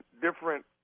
different